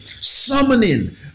summoning